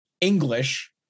English